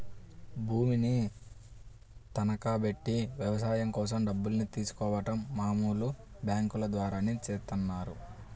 భూమిని తనఖాబెట్టి వ్యవసాయం కోసం డబ్బుల్ని తీసుకోడం మామూలు బ్యేంకుల ద్వారానే చేత్తన్నారు